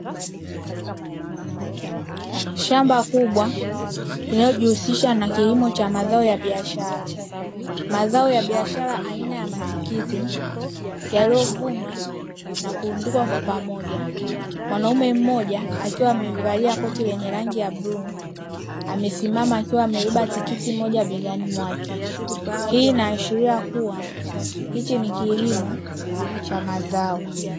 Shamba kubwa linalojihusisha na kilimo cha mazao ya biashara, mazao ya biashara aina ya matikiti yaliyovunwa na kurundikwa kwa pamoja. Mwanaume mmoja akiwa amevalia koti lenye rangi ya bluu, amesimama akiwa amebeba tikiti moja begani mwake. Hii inaashiria kuwa hiki ni kilimo cha mazao.